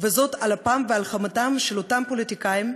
על אפם וחמם של אותם פוליטיקאים,